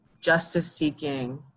justice-seeking